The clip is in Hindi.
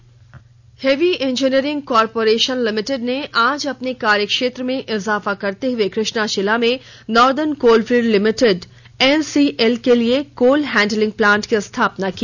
HEC heavy engineering corporation HEC limited ने आज अपने कार्यक्षेत्र में इजाफा करते हुए कृ ष्णाशिला में नॉर्दर्न कोलफील्ड लिमिटेड एनसीएल के लिए एक कोल हैंडलिंग प्लांट की स्थापना की